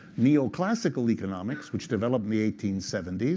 neoclassical economics, which developed in the eighteen seventy s,